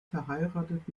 verheiratet